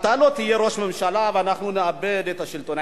אתה לא תהיה ראש ממשלה ואנחנו נאבד את השלטון.